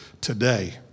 today